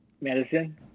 medicine